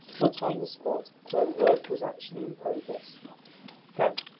but on the spot where work was actually in progress that,